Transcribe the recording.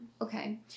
Okay